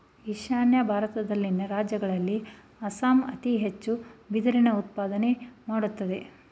ಈಶಾನ್ಯ ಭಾರತದಲ್ಲಿನ ರಾಜ್ಯಗಳಲ್ಲಿ ಅಸ್ಸಾಂ ಅತಿ ಹೆಚ್ಚು ಬಿದಿರಿನ ಉತ್ಪಾದನೆ ಮಾಡತ್ತದೆ